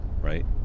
right